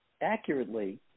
accurately